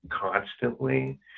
constantly